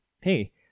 hey